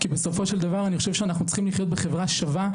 כי בסופו של דבר אנחנו צריכים לחיות בחברה שווה,